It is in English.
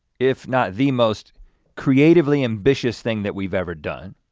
if not the most creatively ambitious thing that we've ever done.